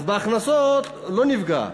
אז בהכנסות לא נפגע.